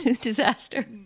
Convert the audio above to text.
disaster